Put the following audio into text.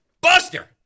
Buster